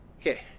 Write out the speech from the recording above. okay